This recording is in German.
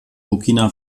burkina